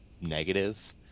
Negative